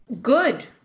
Good